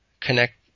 connect